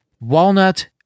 walnut